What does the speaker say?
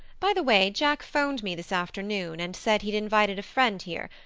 by the way, jack phoned me this afternoon, and said he'd invited a friend here.